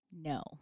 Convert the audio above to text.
No